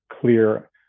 clear